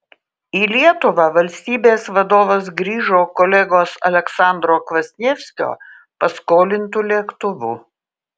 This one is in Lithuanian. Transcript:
į lietuvą valstybės vadovas grįžo kolegos aleksandro kvasnievskio paskolintu lėktuvu